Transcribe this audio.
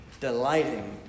delighting